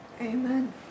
Amen